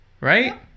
Right